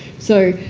so